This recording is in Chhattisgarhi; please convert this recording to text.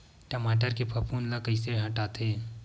टमाटर के फफूंद ल कइसे हटाथे?